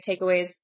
takeaways